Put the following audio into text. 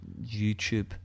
YouTube